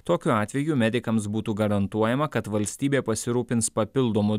tokiu atveju medikams būtų garantuojama kad valstybė pasirūpins papildomu